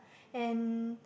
and